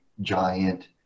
giant